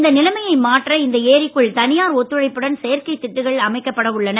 இந்த நிலமையை மாற்ற இந்த ஏரிக்குள் தனியார் ஒத்துழைப்புடன் செயற்கைத் திட்டுகள் அமைக்கப்பட உள்ளன